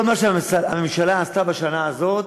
כל מה שהממשלה עשתה בשנה הזאת